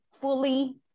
fully